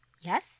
Yes